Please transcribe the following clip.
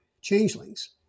changelings